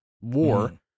war